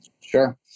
Sure